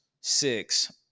six